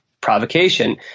provocation